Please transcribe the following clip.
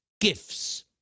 gifts